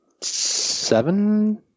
Seven